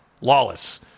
Lawless